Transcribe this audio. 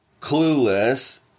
clueless